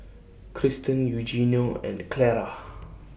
Krysten Eugenio and Clara